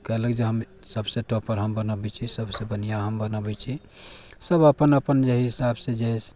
कयलक जे हम सभसँ टोपर हम बनबैत छी सभसँ बढ़िआँ हम बनबैत छी सभ अपन अपन जे हिसाबसँ जे हइ से